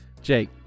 Jake